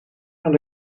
aan